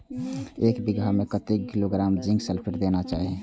एक बिघा में कतेक किलोग्राम जिंक सल्फेट देना चाही?